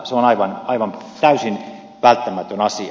se on aivan täysin välttämätön asia